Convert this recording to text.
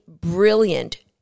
brilliant